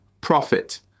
Profit